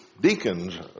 deacons